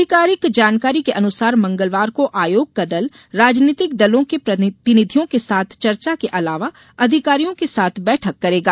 अधिकारिक जानकारी के अनुसार मंगलवार को आयोग का दल राजनीतिक दलों के प्रतिनिधियों के साथ चर्चा के साथ ही अधिकारियों के साथ बैठक करेगा